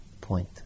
point